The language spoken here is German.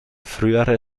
frühere